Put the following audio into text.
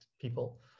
people